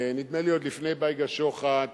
נדמה לי עוד לפני בייגה שוחט,